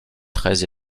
très